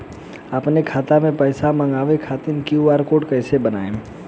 आपन खाता मे पैसा मँगबावे खातिर क्यू.आर कोड कैसे बनाएम?